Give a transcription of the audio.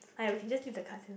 ah we can just leave the cards here